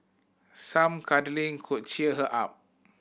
some cuddling could cheer her up